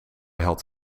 had